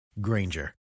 Granger